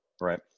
Right